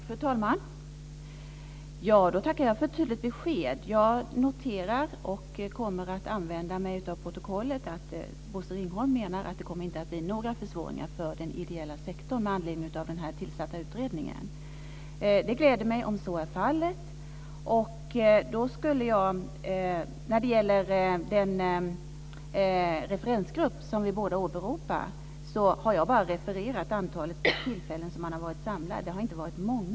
Fru talman! Jag tackar för ett tydligt besked och noterar - jag kommer att använda mig av protokollet - att Bosse Ringholm menar att det inte kommer att bli några försvåringar för den ideella sektorn med anledning av den utredning som tillsatts. Om så är fallet gläder det mig. När det gäller den referensgrupp som vi båda åberopar har jag bara refererat det antal tillfällen som den varit samlad. Det har inte varit många tillfällen.